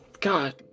god